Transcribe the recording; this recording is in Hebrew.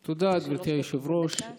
תודה, גברתי היושבת-ראש.